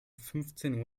fünfzehn